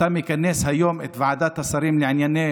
שאתה מכנס, היום, את ועדת השרים לענייני